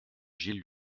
gilles